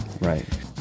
Right